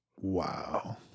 wow